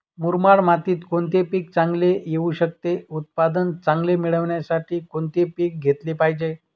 मुरमाड मातीत कोणते पीक चांगले येऊ शकते? उत्पादन चांगले मिळण्यासाठी कोणते पीक घेतले पाहिजे?